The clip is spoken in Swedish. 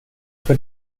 för